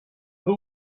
who